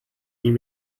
ging